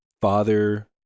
father